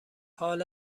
حال